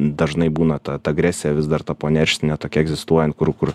dažnai būna ta ta agresija vis dar ta po nerštinė tokia egzistuoja kur kur